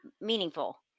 meaningful